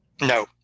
No